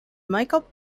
michael